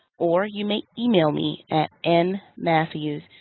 or you may email me at and nmatthews